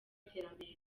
iterambere